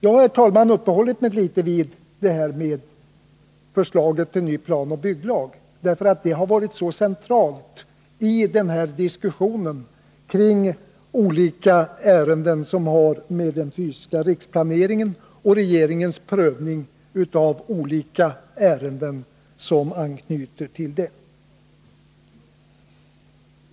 Jag har, herr talman, uppehållit mig litet vid det här förslaget till ny planoch bygglag, därför att det har varit så centralt i diskussionen kring olika ärenden som har att göra med den fysiska riksplaneringen och regeringens prövning av olika ärenden som knyter an till den.